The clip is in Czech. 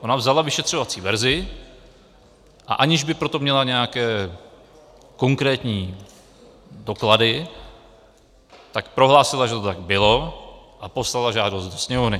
Ona vzala vyšetřovací verzi a aniž by pro to měla nějaké konkrétní doklady, tak prohlásila, že to tak bylo, a poslala žádost do Sněmovny.